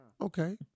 Okay